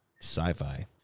sci-fi